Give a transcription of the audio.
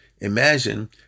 imagine